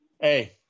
Hey